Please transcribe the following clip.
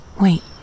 Wait